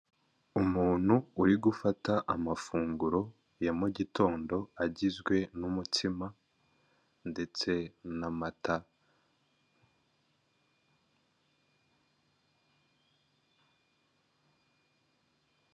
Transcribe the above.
Umuntu uri gufata amafunguro ya mu gitondo, agizwe n'umutsima ndetse n'amata.